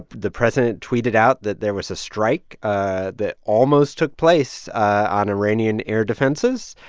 the president tweeted out that there was a strike ah that almost took place on iranian air defenses.